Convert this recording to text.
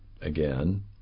again